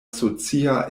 socia